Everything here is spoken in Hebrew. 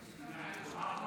בעד,